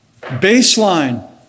Baseline